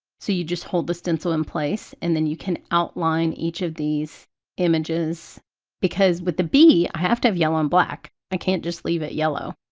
so you just hold the stencil in place and then you can outline each of these images because with the bee i have to have yellow and black, i can't just leave it yellow,